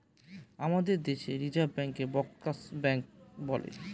আমাদের দেশে রিসার্ভ ব্যাঙ্কে ব্যাঙ্কার্স ব্যাঙ্ক বলে